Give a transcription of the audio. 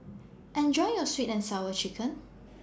Enjoy your Sweet and Sour Chicken